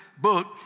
book